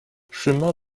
chemin